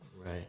Right